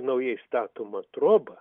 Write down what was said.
naujai statoma troba